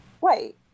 Wait